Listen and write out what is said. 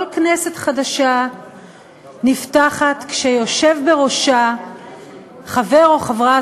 כל כנסת חדשה נפתחת כשיושב בראשה חבר או חברה,